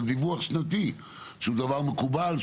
של דיווח שנתי שהוא דבר מקובל,